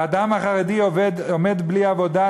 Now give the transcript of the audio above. האדם החרדי עומד בלי עבודה,